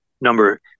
Number